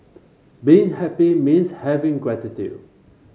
being happy means having gratitude